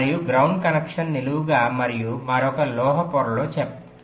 మరియు ground connection నిలువుగా మరియు మరొక లోహ పొరలో చెప్పండి